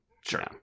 Sure